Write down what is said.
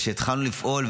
התחלנו לפעול,